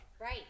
Right